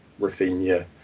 Rafinha